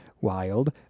wild